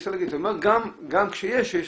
זאת אומרת גם כשיש,